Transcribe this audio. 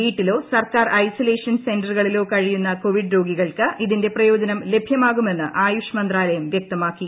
വീട്ടിലോ സർക്കാർ ഐസോലേഷൻ സെൻററുകളിലോ കഴിയുന്ന കോവിഡ് രോഗികൾക്ക് ഇതിൻറെ പ്രയോജനം ലഭ്യമാകുമെന്ന് ആയുഷ് മന്ത്രാലയം വൃക്തമാക്കി